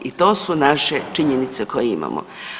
I to su naše činjenice koje imamo.